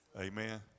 Amen